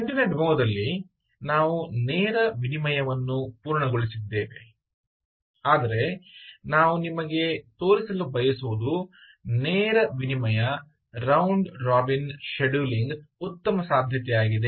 ಹಿಂದಿನ ಡೆಮೊ ದಲ್ಲಿ ನಾವು ನೇರ ವಿನಿಮಯವನ್ನು ಪೂರ್ಣಗೊಳಿಸಿದ್ದೇವೆ ಆದರೆ ನಾವು ನಿಮಗೆ ತೋರಿಸಲು ಬಯಸುವುದು ನೇರ ವಿನಿಮಯ ರೌಂಡ್ ರಾಬಿನ್ ಶೆಡ್ಯೂಲಿಂಗ್ ಉತ್ತಮ ಸಾಧ್ಯತೆಯಾಗಿದೆ